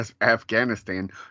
Afghanistan